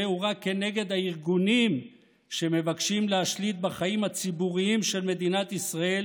הוא רק כנגד הארגונים שמבקשים להשליט בחיים הציבוריים של מדינת ישראל